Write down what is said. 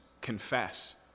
confess